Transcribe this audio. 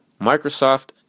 Microsoft